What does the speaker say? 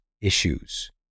issues